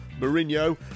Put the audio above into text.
Mourinho